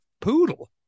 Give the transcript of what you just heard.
poodle